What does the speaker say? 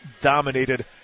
dominated